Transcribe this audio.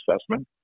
assessment